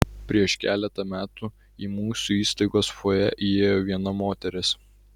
prieš keletą metų į mūsų įstaigos fojė įėjo viena moteris